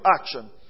action